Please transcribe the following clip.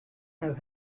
have